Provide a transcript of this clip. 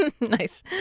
Nice